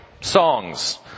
songs